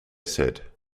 said